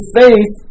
faith